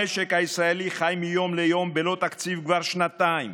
המשק הישראלי חי מיום ליום בלא תקציב כבר שנתיים.